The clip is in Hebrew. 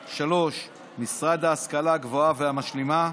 3. משרד ההשכלה הגבוהה והמשלימה,